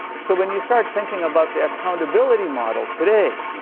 so, when you start thinking about the accountability model today,